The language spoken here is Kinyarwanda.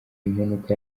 impanuka